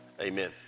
Amen